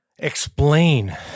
explain